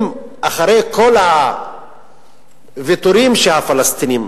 אם אחרי כל הוויתורים שהפלסטינים